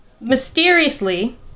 mysteriously